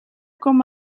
com